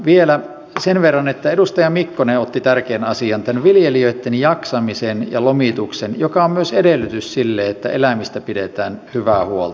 vielä sen verran että edustaja mikkonen otti tärkeän asian viljelijöitten jaksamisen ja lomituksen joka on myös edellytys sille että eläimistä pidetään hyvää huolta